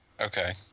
Okay